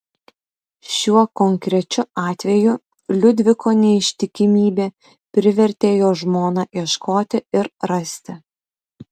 šiuo konkrečiu atveju liudviko neištikimybė privertė jo žmoną ieškoti ir rasti